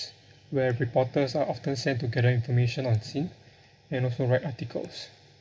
where reporters are often sent to gather information on scene and also write articles